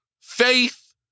faith